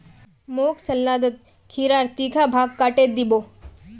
मोक सलादत खीरार तीखा भाग काटे दी बो